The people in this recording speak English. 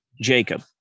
Jacob